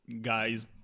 guys